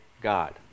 God